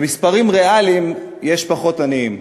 במספרים ריאליים יש פחות עניים.